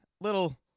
Little